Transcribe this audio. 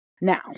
Now